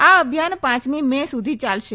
આ ભિયાન પાંચમી મે સુધી ચાલશે